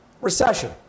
recession